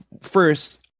First